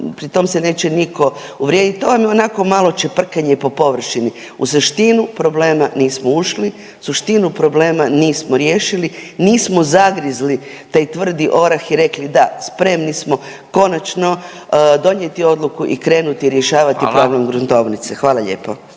pri tom se neće nitko uvrijediti to vam onako malo čeprkanje po površini. U suštinu problema nismo ušli. Suštinu problema nismo riješili. Nismo zagrizli taj tvrdi orah i rekli da spremni smo konačno donijeti odluku i krenuti rješavati …/Upadica: Hvala./… problem gruntovnice. Hvala lijepa.